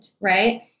right